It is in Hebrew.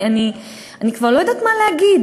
אני כבר לא יודעת מה להגיד,